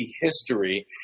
history